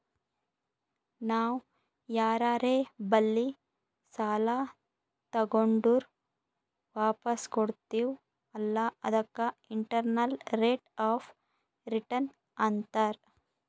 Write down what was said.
ನಾವ್ ಯಾರರೆ ಬಲ್ಲಿ ಸಾಲಾ ತಗೊಂಡುರ್ ವಾಪಸ್ ಕೊಡ್ತಿವ್ ಅಲ್ಲಾ ಅದಕ್ಕ ಇಂಟರ್ನಲ್ ರೇಟ್ ಆಫ್ ರಿಟರ್ನ್ ಅಂತಾರ್